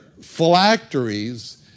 phylacteries